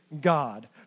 God